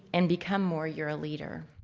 and become more you're a leader.